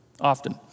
often